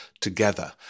together